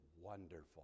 wonderful